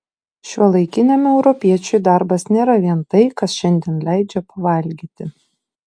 šiuolaikiniam europiečiui darbas nėra vien tai kas šiandien leidžia pavalgyti